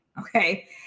okay